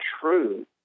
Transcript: true